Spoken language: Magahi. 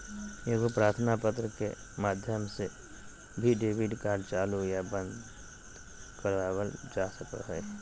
एगो प्रार्थना पत्र के माध्यम से भी डेबिट कार्ड चालू या बंद करवावल जा सको हय